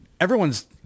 everyone's